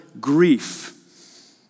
grief